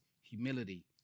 humility